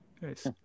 Nice